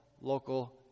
local